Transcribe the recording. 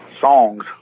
songs